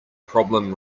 problem